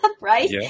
right